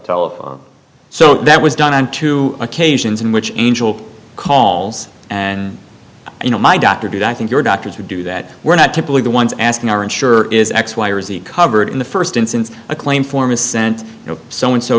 telephone so that was done on two occasions in which angel calls and you know my doctor did i think your doctors would do that we're not typically the ones asking aren't sure is x y or z covered in the first instance a claim form is sent you know so and so